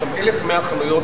יש שם 1,100 חנויות,